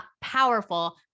powerful